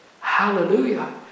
Hallelujah